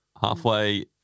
Halfway